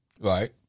Right